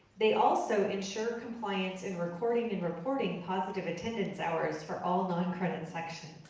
they also ensure compliance in recording and reporting positive attendance hours for all non-credit sections.